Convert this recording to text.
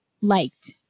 liked